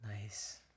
Nice